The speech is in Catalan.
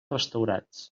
restaurats